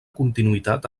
continuïtat